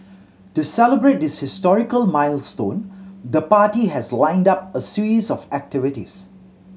to celebrate this historical milestone the party has lined up a series of activities